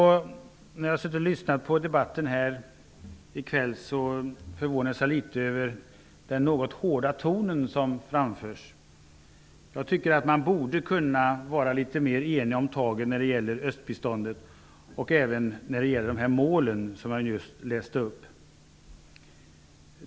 När jag lyssnar på debatten här i kväll förvånas jag litet över den något hårda tonen. Man borde kunna vara litet mer eniga om tagen när det gäller östbiståndet och även när det gäller de mål som jag nyss läste upp.